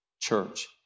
Church